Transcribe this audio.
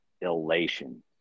elation